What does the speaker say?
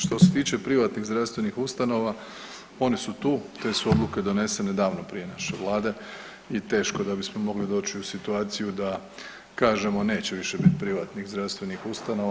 Što se tiče privatnih zdravstvenih ustanova, oni su tu te su odluke donesene davno prije naše vlade i teško da bismo mogli doći u situaciju da kažemo nećemo biti više privatnih zdravstvenih ustanova.